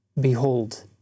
Behold